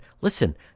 listen